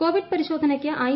Covid പരിശോധനയ്ക്ക് I